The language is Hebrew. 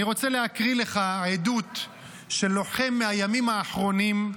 ואני רוצה להקריא לך עדות של לוחם מהימים האחרונים,